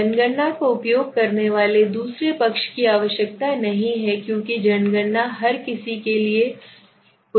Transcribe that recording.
जनगणना का उपयोग करने वाले दूसरे पक्ष की आवश्यकता नहीं है क्योंकि जनगणना हर किसी के लिए कुछ है